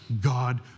God